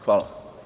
Hvala.